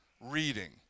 reading